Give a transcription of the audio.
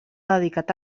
dedicat